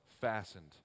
fastened